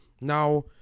Now